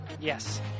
Yes